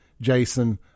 Jason